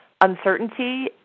uncertainty